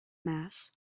mass